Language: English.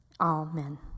Amen